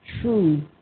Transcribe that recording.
true